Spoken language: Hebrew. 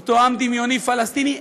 אותו עם דמיוני פלסטיני,